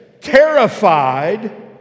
terrified